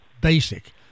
basic